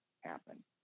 happen